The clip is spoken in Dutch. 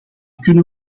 kunnen